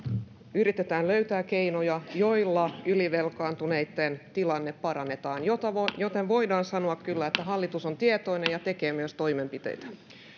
yritetään löytää keinoja joilla ylivelkaantuneitten tilannetta parannetaan joten voidaan sanoa kyllä että hallitus on tietoinen ja tekee myös toimenpiteitä